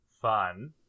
fun